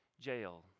jail